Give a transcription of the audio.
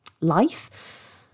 life